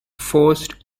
forced